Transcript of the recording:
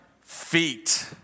feet